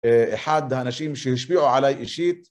אחד האנשים שהשפיעו עליי אישית